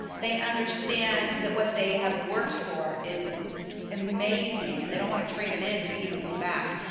they understand that what they have worked for is amazing and they want to trade it in to even go back.